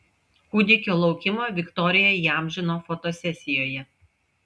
kūdikio laukimą viktorija įamžino fotosesijoje